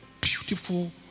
beautiful